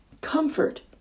comfort